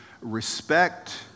respect